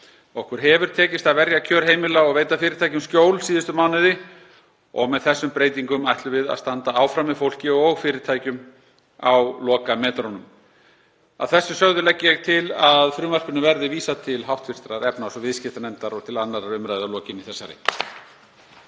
Okkur hefur tekist að verja kjör heimila og veita fyrirtækjum skjól síðustu mánuði og með þessum breytingum ætlum við að standa áfram með fólki og fyrirtækjum á lokametrunum. Að þessu sögðu legg ég til að frumvarpinu verði vísað til hv. efnahags- og viðskiptanefndar og til 2. umr. að lokinni þessari.